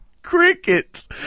crickets